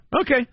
Okay